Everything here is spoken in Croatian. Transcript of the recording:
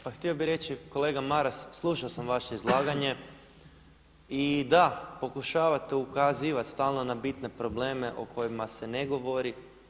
Pa htio bih reći, kolega Maras, slušao sam vaše izlaganje i da, pokušavate ukazivati stalno na bitne probleme o kojima se ne govori.